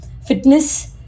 fitness